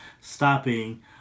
stopping